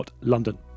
London